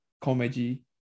comedy